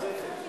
מי נגד?